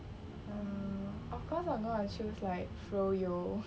mm of course I'm gonna choose like froyo